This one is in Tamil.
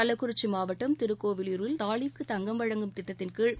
கள்ளக்குறிச்சி மாவட்டம் திருக்கோவிலூரில் தாலிக்கு தங்கம் வழங்கும் திட்டத்தின்கீழ்